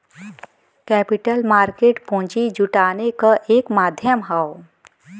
capital market पूंजी जुटाने क एक माध्यम हौ